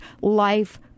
life